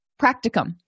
practicum